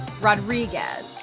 Rodriguez